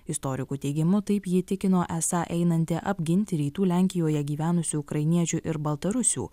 istorikų teigimu taip ji tikino esą einanti apginti rytų lenkijoje gyvenusių ukrainiečių ir baltarusių